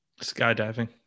Skydiving